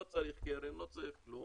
לא צריך קרן, לא צריך כלום,